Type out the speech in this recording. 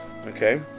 Okay